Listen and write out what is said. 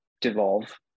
devolve